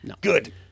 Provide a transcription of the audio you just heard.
Good